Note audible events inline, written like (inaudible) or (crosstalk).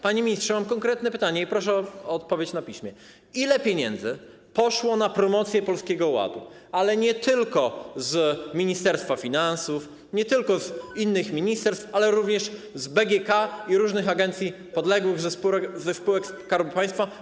Panie ministrze, mam konkretne pytanie i proszę o odpowiedź na piśmie: Ile pieniędzy poszło na promocję Polskiego Ładu, ale nie tylko z Ministerstwa Finansów, nie tylko (noise) z innych ministerstw, ale również z BGK i różnych agencji podległych, ze spółek Skarbu Państwa?